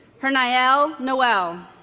hernael noel